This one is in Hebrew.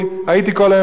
הייתי כל היום בבית-המשפט,